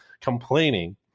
complaining